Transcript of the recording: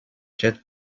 jet